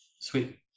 Sweet